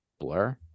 blur